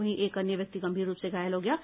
वहीं एक अन्य व्यक्ति गंभीर रूप से घायल हो गया है